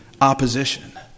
opposition